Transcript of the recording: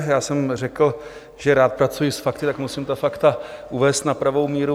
Já jsem řekl, že rád pracuji s fakty, tak musím ta fakta uvést na pravou míru.